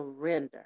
surrender